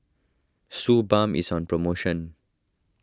Suu Balm is on promotion